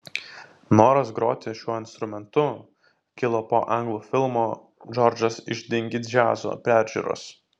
noras groti šiuo instrumentu kilo po anglų filmo džordžas iš dinki džiazo peržiūros